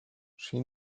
she